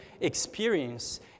experience